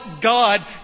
God